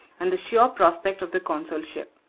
and the sure prospect of the consulship.